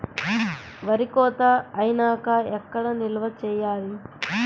వరి కోత అయినాక ఎక్కడ నిల్వ చేయాలి?